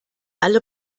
alle